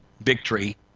victory